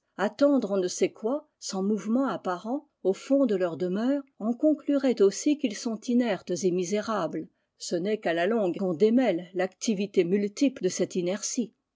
attendre on ne sait quoi sans mouvement apparent au fond de leurs demeures en conclurait aussi qu'ils sont inertes et misérables ce n'est qu'à la longue qu'on démêle l'activité multiple de celte inertie